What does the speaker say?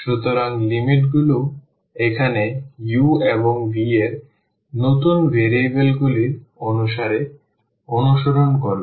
সুতরাং লিমিটগুলি এখন u এবং v এর নতুন ভেরিয়েবলগুলি অনুসারে অনুসরণ করবে